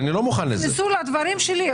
נכנסו לדברים שלי.